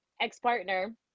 ex-partner